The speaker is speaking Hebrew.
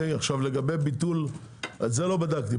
לגבי ביטול - את זה לא בדקתי.